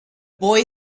boy